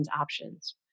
options